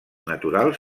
naturals